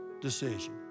decision